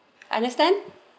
understand